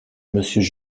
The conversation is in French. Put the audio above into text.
monsieur